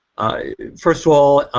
first of all,